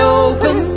open